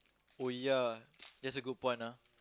oh ya that's a good point ah